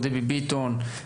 דבי ביטון,